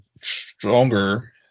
stronger